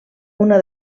una